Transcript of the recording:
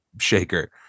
shaker